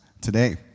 today